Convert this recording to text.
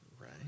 Right